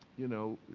you know,